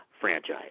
franchise